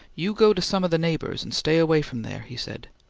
you go to some of the neighbours, and stay away from there, he said.